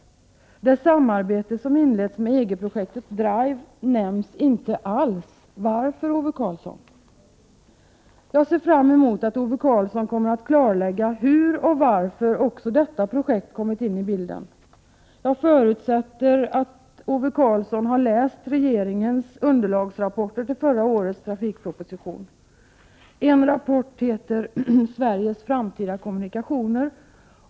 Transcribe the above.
Det samarbete som har inletts med EG-projektet Drive nämns inte alls. Varför, Ove Karlsson? Jag ser fram emot att Ove Karlsson kommer att klarlägga hur och varför också detta projekt har kommit in i bilden. Jag förutsätter att Ove Karlsson har läst regeringens underlagsrapporter till förra årets trafikproposition. En rapport heter Sveriges framtida transporter.